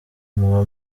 muba